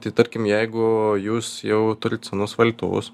tai tarkim jeigu jūs jau turit senus valytuvus